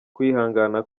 kwihangana